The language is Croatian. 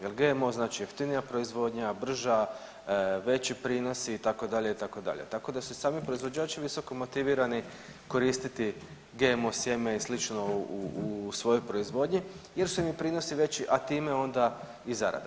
Jer GMO znači jeftinija proizvodnja, brža, veći prinosi, itd., itd., tako da se sami proizvođači visokomotivirani koristiti GMO sjeme i slično u svojoj proizvodnji jer su im i prinosi veći, a time onda i zarada.